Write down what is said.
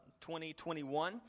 2021